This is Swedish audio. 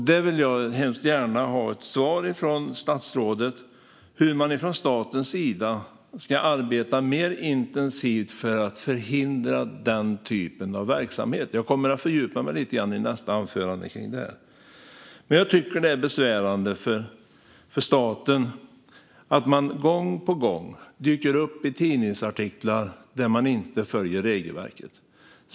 Jag vill hemskt gärna ha ett svar från statsrådet på hur man från statens sida ska arbeta mer intensivt för att förhindra den typen av verksamhet. Jag kommer att fördjupa mig lite grann i detta i nästa anförande. Jag tycker att det är besvärande för staten att man gång på gång dyker upp i tidningsartiklar om att man inte följer regelverket.